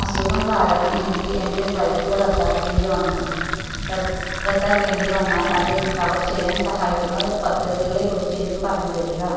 അസുഖം കാരണം എനിക്ക് എൻ്റെ ഫ്ലൈറ്റ് റദ്ദാക്കേണ്ടി വന്നു റദ്ദാക്കേണ്ടി വന്നാൽ അത് കവർ ചെയ്യാൻ സഹായിക്കുന്ന പദ്ധതികളെക്കുറിച്ച് എനിക്ക് പറഞ്ഞുതരിക